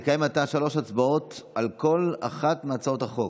נקיים עתה שלוש הצבעות על כל אחת מהצעות החוק.